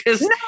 No